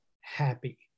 happy